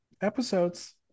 episodes